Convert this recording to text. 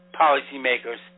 policymakers